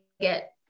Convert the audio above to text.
get